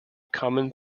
common